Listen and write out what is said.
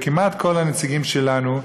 כמעט כל הנציגים שלנו.